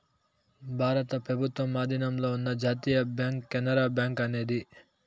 భారత ప్రభుత్వం ఆధీనంలో ఉన్న జాతీయ బ్యాంక్ కెనరా బ్యాంకు అనేది